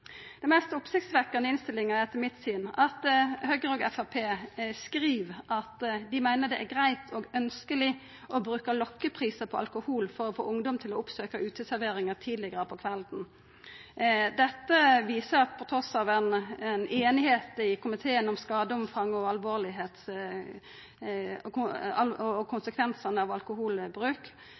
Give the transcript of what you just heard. Det mest oppsiktsvekkjande i innstillinga er etter mitt syn at Høgre og Framstegspartiet skriv at dei meiner det er greitt og ønskjeleg å bruka lokkeprisar på alkohol for å få ungdom til å oppsøkja uteservering tidlegare på kvelden. Det viser at trass i einighet i komiteen om skadeomfanget og konsekvensane av alkoholbruk